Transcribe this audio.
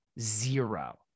zero